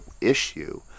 issue